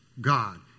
God